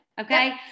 okay